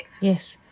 Yes